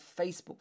Facebook